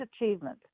achievement